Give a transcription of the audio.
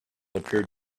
appeared